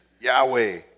Yahweh